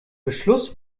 beschluss